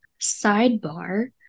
Sidebar